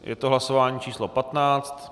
Je to hlasování číslo 15.